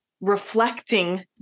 reflecting